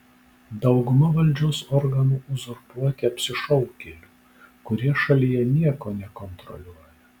dauguma valdžios organų uzurpuoti apsišaukėlių kurie šalyje nieko nekontroliuoja